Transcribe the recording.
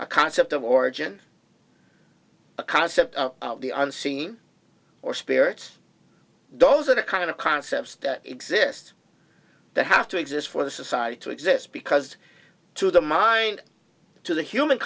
one concept of origin a concept of the unseen or spirit those are the kind of concepts that exist that have to exist for the society to exist because to the mind to the human